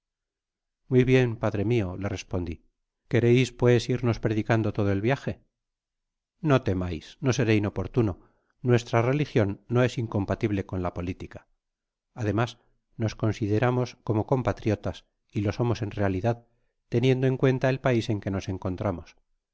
muy bien padre mio le respondi quereis pues irnos predicando todo el viaje no temais no seré importuno nuestra religion no es incompatible con la politica ademas nos considaramos como compatriotas y lo somos en realidad teniendo en cuenta el pais en que nos encontramos